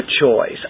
choice